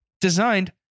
designed